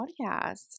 podcast